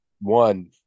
one